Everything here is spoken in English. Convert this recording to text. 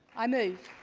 i move.